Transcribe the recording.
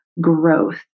growth